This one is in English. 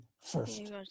first